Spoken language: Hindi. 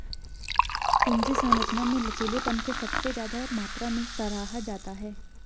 पूंजी संरचना में लचीलेपन को सबसे ज्यादा मात्रा में सराहा जाता है